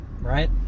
right